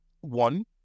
one